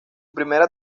primera